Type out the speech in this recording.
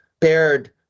paired